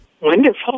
Wonderful